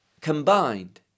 combined